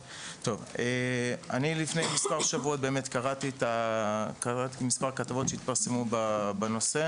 לפני מספר שבועות קראתי מספר כתבות שהתפרסמו בנושא